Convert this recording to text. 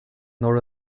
nor